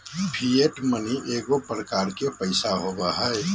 fiat money एगो प्रकार के पैसा होबो हइ